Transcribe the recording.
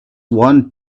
want